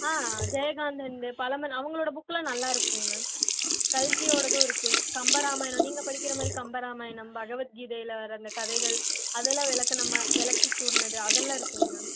ஆ ஜெயகாந்தனுது பலமன் அவங்களோடய புக்குலாம் நல்லா இருக்கும் மேம் கல்கியோடதும் இருக்குது கம்பராமாயணம் நீங்கள் படிக்கிறமாதிரி கம்பராமாயணம் பகவத் கீதையில் வர அந்த கதைகள் அதெல்லாம் விளக்க நம்ம விளக்கி கூறினது அதெல்லாம் இருக்குங்க மேம்